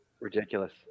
Ridiculous